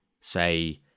say